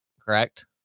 correct